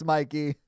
Mikey